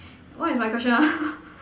what is my question ah